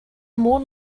more